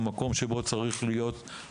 מושגות בה במקומות בהם הן צריכות להיות,